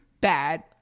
bad